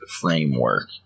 framework